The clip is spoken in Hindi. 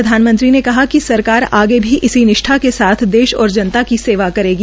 प्रधानमंत्री ने कहा कि सरकार आगे भी इसी निष्ठा के साथ देश और जनता की सेवा करेंगी